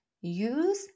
Use